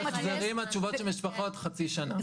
בהחזרים התשובות של משפחות זה חצי שנה.